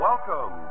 Welcome